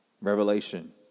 Revelation